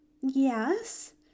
yes